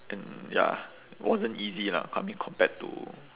and ya wasn't easy lah I mean compared to